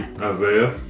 Isaiah